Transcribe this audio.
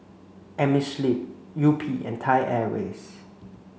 Amerisleep Yupi and Thai Airways